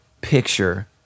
picture